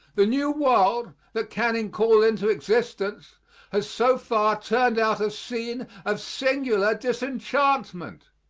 the new world that canning called into existence has so far turned out a scene of singular disenchantment.